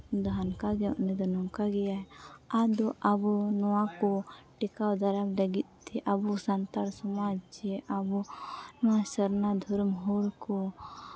ᱩᱱᱤ ᱫᱚ ᱦᱟᱱᱠᱟ ᱜᱮᱭᱟᱭ ᱩᱱᱤ ᱫᱚ ᱱᱚᱝᱠᱟ ᱜᱮᱭᱟᱭ ᱟᱫᱚ ᱟᱵᱚ ᱱᱚᱣᱟ ᱠᱚ ᱴᱮᱠᱟᱣ ᱫᱟᱨᱟᱢ ᱞᱟᱹᱜᱤᱫ ᱛᱮ ᱟᱵᱚ ᱥᱟᱱᱛᱟᱲ ᱥᱚᱢᱟᱡᱽ ᱨᱮ ᱟᱵᱚ ᱱᱚᱣᱟ ᱥᱟᱨᱱᱟ ᱫᱷᱚᱨᱚᱢ ᱦᱚᱲ ᱠᱚ